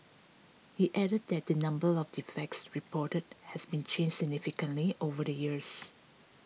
he added that the number of defects reported has not changed significantly over the years